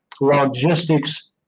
logistics